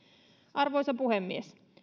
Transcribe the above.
arvoisa puhemies